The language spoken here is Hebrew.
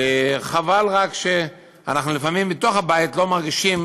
חבל רק שלפעמים אנחנו בתוך הבית לא מרגישים